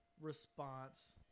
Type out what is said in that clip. response